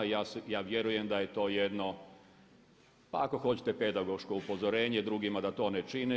I ja vjerujem da je to jedno pa ako hoćete pedagoško upozorenje drugima da to ne čine.